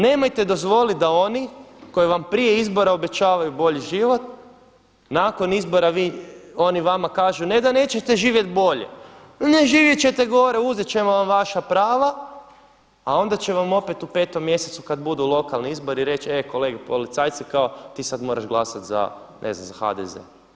Nemojte dozvoliti da oni koji vam prije izbora obećavaju bolji život, nakon izbora oni vama kažu ne da nećete živjeti bolje, živjet ćete gore uzet ćemo vam vaša prava, a onda će vam opet u petom mjesecu kada budu lokalni izbori reći e kolege policajci kao ti sada moraš glasati za, ne znam za HDZ.